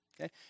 okay